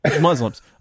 Muslims